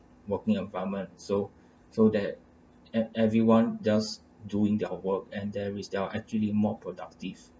working environment so so that and everyone just doing their work and there is they are actually more productive